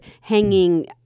hanging